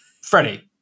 Freddie